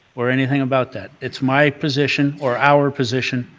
or anything about that. it's my position, or our position,